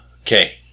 okay